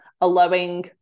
allowing